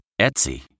Etsy